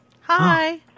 Hi